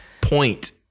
point